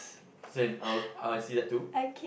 same I'll I'll see that to